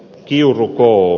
kiuru l